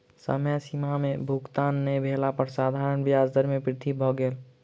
समय सीमा में भुगतान नै भेला पर साधारण ब्याज दर में वृद्धि भ गेल